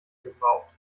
gebraucht